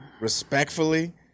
respectfully